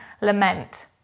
lament